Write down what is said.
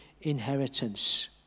inheritance